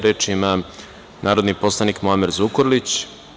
Reč ima narodni poslanik Muamer Zukorlić.